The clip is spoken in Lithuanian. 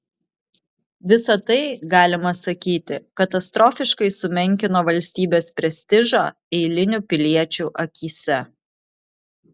visa tai galima sakyti katastrofiškai sumenkino valstybės prestižą eilinių piliečių akyse